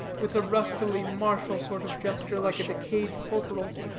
with a rustily martial sort of gesture, like a decayed corporal's,